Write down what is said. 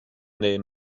their